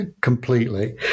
completely